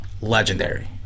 legendary